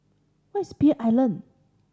where is Pearl Island